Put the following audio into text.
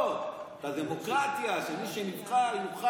מאוד, את הדמוקרטיה, שמי שנבחר יוכל